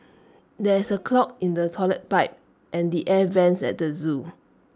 there is A clog in the Toilet Pipe and the air Vents at the Zoo